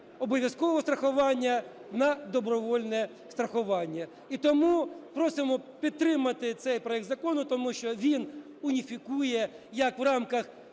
обов’язкового страхування на добровільне страхування. І тому ми просимо підтримати цей проект Закону, тому що він уніфікує як в рамках